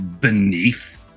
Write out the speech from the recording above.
beneath